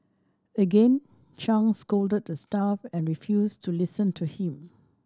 again Chang scolded the staff and refused to listen to him